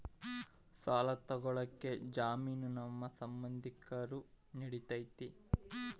ಸಾಲ ತೊಗೋಳಕ್ಕೆ ಜಾಮೇನು ನಮ್ಮ ಸಂಬಂಧಿಕರು ನಡಿತೈತಿ?